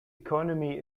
economy